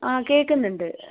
അ കേൾക്കുന്നുണ്ട്